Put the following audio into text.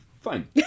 Fine